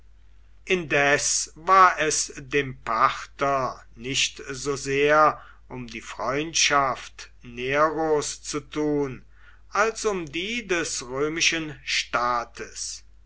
indes war es dem parther nicht so sehr um die freundschaft neros zu tun als um die des römischen staates